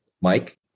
Mike